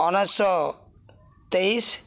ଉଣେଇଶ ତେଇଶ